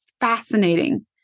fascinating